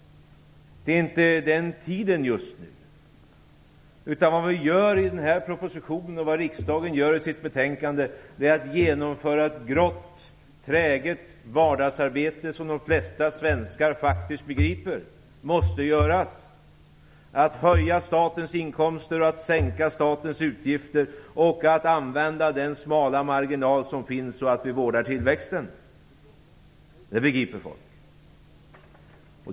Det är inte den tiden just nu. Vad vi gör i propositionen och vad riksdagen gör i betänkandet är att genomföra ett grått, träget vardagsarbete som de flesta svenskar faktiskt begriper måste göras. Det är fråga om att höja statens inkomster och att sänka statens utgifter och att använda den smala marginal som finns och att vårda tillväxten. Det begriper folk.